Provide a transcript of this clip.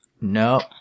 No